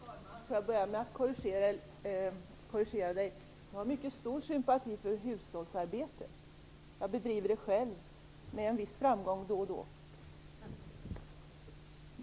Herr talman! Låt mig börja med att korrigera Elver Jonsson. Jag har mycket stor sympati för hushållsarbete. Jag bedriver då och då själv sådant med en viss framgång.